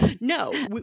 no